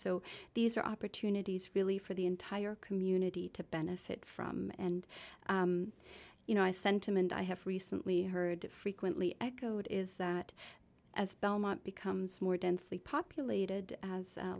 so these are opportunities really for the entire community to benefit from and you know a sentiment i have recently heard frequently echoed is that as belmont becomes more densely populated as